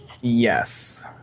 Yes